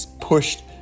pushed